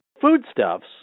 Foodstuffs